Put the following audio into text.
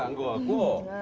a lot